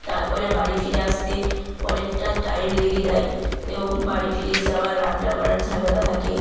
তারপরে বাড়ি ফিরে আসতে অনেকটা টাইম লেগে যায় এবং বাড়ি ফিরে এসে আবার রান্না করার ঝামেলা থাকে